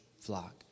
flock